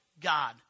god